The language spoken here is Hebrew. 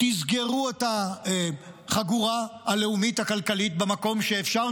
סגרו את החגורה הלאומית הכלכלית במקום שאפשר.